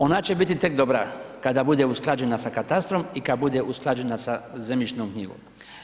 Ona će biti tek dobra kada bude usklađena sa katastrom i kada bude usklađena sa zemljišnom knjigom.